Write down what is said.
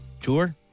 Tour